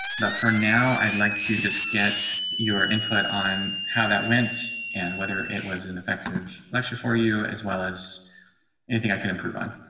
but for now, i'd like to just get your input on how that went. and whether it was an effective lecture for you as well as anything i can improve on.